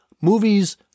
movies